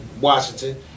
Washington